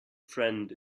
friend